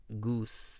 goose